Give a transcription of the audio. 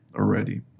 already